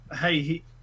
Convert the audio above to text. hey